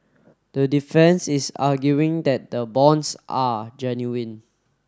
the defence is arguing that the bonds are genuine